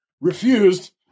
refused